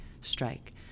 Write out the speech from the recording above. strike